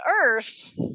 Earth